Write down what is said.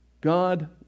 God